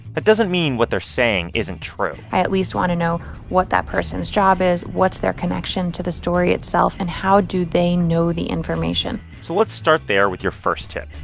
that doesn't mean what they're saying isn't true i at least want to know what that person's job is, what's their connection to the story itself, and how do they know the information? so let's start there with your first tip.